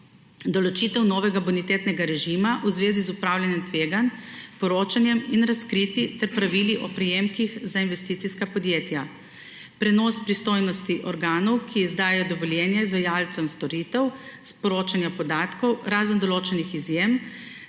določitev novega bonitetnega režima v zvezi z upravljanjem s tveganji, poročanjem in razkritji ter pravili o prejemkih za investicijska podjetja; prenos pristojnosti organov, ki izdajajo dovoljenja izvajalcem storitev; sporočanja podatkov, razen določenih izjem,